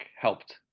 helped